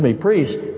priest